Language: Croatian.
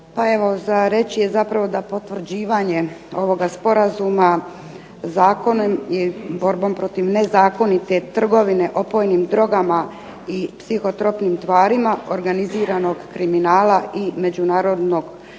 za reći je zapravo da potvrđivanjem ovoga sporazuma zakonom i borbom protiv nezakonite trgovine opojnim drogama i psihotropnim tvarima, organiziranog kriminala i međunarodnog terorizma